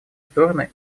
стороны